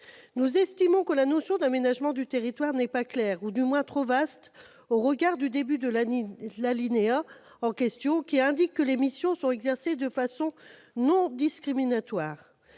Nous estimons que la notion d'aménagement du territoire n'est pas claire, ou du moins qu'elle est trop vaste au regard du début de l'alinéa en question, qui précise que les missions sont exercées de façon « non discriminatoire